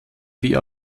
wie